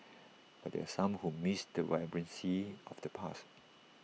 but there are some who miss the vibrancy of the past